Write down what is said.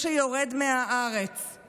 אינה נוכחת, חבר הכנסת יבגני